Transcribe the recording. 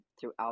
throughout